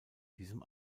diesem